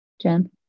Jen